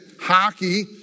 hockey